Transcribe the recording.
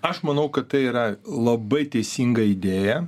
aš manau kad tai yra labai teisinga idėja